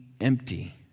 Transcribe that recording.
empty